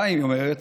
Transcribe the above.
חיים, היא אומרת,